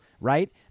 right